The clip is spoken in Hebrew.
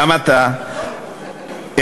גם אתה,